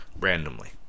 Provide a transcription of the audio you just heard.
randomly